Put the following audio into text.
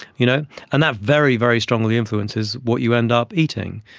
you know and that very, very strongly influences what you end up eating.